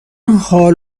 حال